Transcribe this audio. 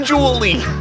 Julie